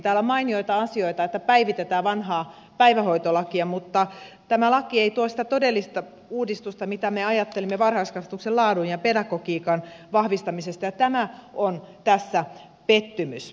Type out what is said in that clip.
täällä on mainioita asioita päivitetään vanhaa päivähoitolakia mutta tämä laki ei tuo sitä todellista uudistusta mitä me ajattelimme varhaiskasvatuksen laadun ja pedagogiikan vahvistamisesta ja tämä on tässä pettymys